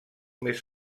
més